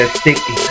sticky